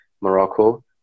Morocco